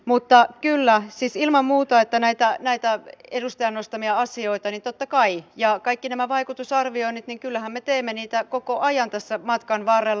mutta kyllä siis ilman muuta näitä edustajan nostamia asioita totta kai ja kaikkia näitä vaikutusarviointeja me teemme koko ajan tässä matkan varrella